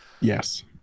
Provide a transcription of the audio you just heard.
yes